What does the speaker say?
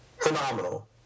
phenomenal